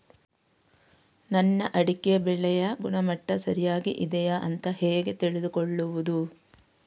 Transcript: ನನ್ನ ಅಡಿಕೆ ಬೆಳೆಯ ಗುಣಮಟ್ಟ ಸರಿಯಾಗಿ ಇದೆಯಾ ಅಂತ ಹೇಗೆ ತಿಳಿದುಕೊಳ್ಳುವುದು?